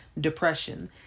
depression